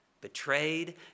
betrayed